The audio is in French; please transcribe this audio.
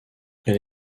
elle